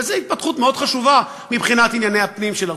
וזאת התפתחות מאוד חשובה מבחינת ענייני הפנים של ארצות-הברית.